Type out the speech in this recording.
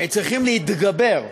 צריכים להתגבר,